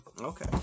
Okay